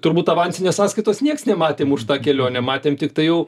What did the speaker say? turbūt avansinės sąskaitos niekas nematėm už tą kelionę matėm tiktai jau